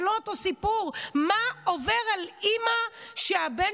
זה לא אותו סיפור מה שעובר על אימא שהבן